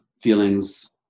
feelings